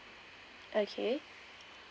okay